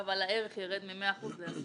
אבל הערך ירד מ-100% ל-10%.